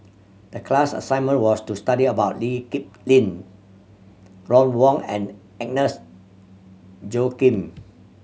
the class assignment was to study about Lee Kip Lin Ron Wong and Agnes Joaquim